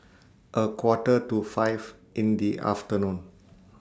A Quarter to five in The afternoon